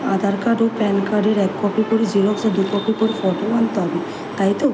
আধার card ও PAN কার্ডের এক কপি করে জেরক্স ও দু কপি করে ফোটোও আনতে হবে তাই তো